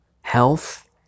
health